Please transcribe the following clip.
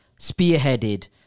spearheaded